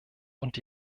und